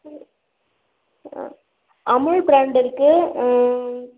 ம் ஆ அமுல் ப்ராண்டு இருக்குது